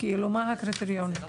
מה הקריטריונים?